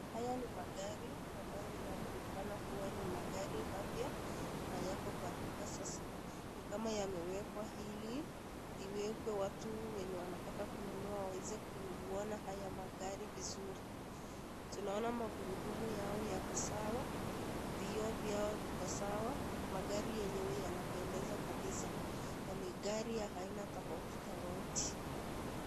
Haya ni magari ambayo yanaonekana kuwa ni magari mapya na yako kwa duka sasa, ni kama yamewekwa hili iwekwe watu wenye wanataka kununua waweze kuona haya magari vizuri. Tunaona magurudumu yao yako sawa, vioo vyao viko sawa, magari yenyewe yanapendeza kabisa. Na ni gari ya haina tofauti tofauti.